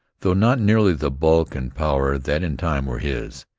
though not nearly the bulk and power that in time were his.